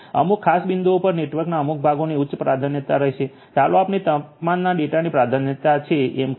અમુક ખાસ બિંદુઓ પર નેટવર્કના અમુક ભાગોને ઉચ્ચ પ્રાધાન્યતા રહેશે ચાલો આપણે તાપમાનના ડેટાને પ્રાધાન્યતા છે એમ કહીએ